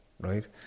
right